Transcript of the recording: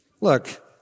Look